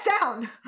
down